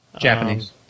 Japanese